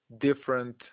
different